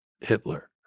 Hitler